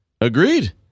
Agreed